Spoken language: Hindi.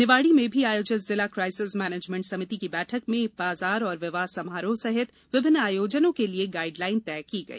निवाड़ी में भी आयोजित जिला काइसेस मैनेजमेंट सभिति की बैठक में बाजार और विवाह समारोह सहित विभिन्न आयोजनों के लिए गाईडलाइन तय की गई